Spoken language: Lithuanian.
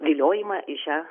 viliojimą į šią